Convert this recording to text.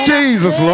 Jesus